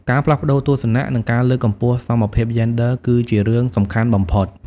ការផ្លាស់ប្តូរទស្សនៈ និងការលើកកម្ពស់សមភាពយេនឌ័រ គឺជារឿងសំខាន់បំផុត។